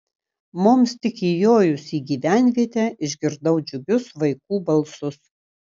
mums tik įjojus į gyvenvietę išgirdau džiugius vaikų balsus